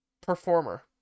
Performer